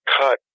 cut